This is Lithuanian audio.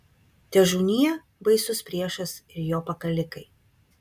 težūnie baisus priešas ir jo pakalikai